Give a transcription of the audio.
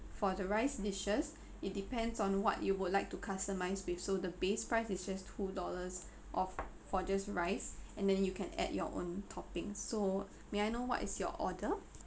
for the rice dishes it depends on what you would like to customise with so the base price is just two dollars of for just rice and then you can add your own topping so may I know what is your order